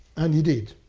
and he did.